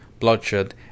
Bloodshed